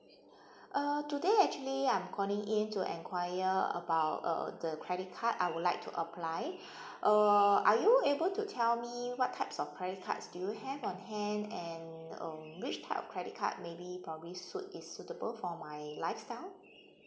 uh today actually I'm calling in to enquire about uh the credit card I would like to apply uh are you able to tell me what types of credit cards do you have on hand and um which type of credit card maybe probably suit is suitable for my lifestyle